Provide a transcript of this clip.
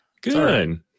Good